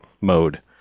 mode